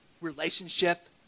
relationship